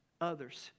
others